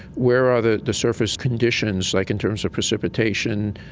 where are the the surface conditions, like in terms of precipitation,